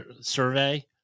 survey